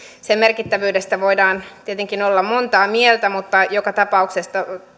sen merkittävyydestä voidaan tietenkin olla montaa mieltä mutta joka tapauksessa